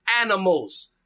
animals